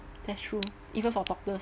that's true even for doctors